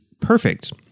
perfect